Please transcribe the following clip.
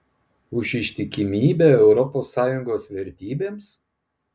už ištikimybę europos sąjungos vertybėms